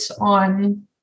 on